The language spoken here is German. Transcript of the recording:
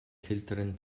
kälteren